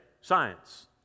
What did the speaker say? science